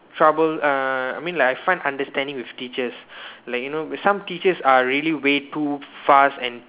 trouble uh I mean like I find understanding with teachers like you know some teachers are really way too fast and